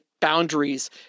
boundaries